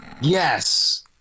Yes